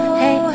hey